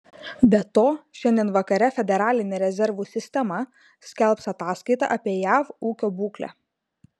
be to šiandien vakare federalinė rezervų sistema skelbs ataskaitą apie jav ūkio būklę